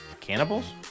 cannibals